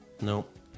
Nope